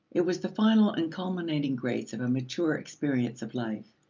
it was the final and culminating grace of a mature experience of life.